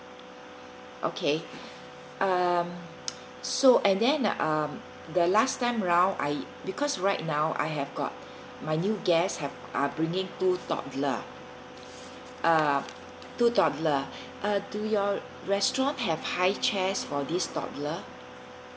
okay um so and then um the last time round I because right now I have got my new guest have are bringing two toddler uh two toddler uh do your restaurant have high chairs for this toddler